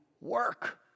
work